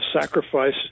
sacrifice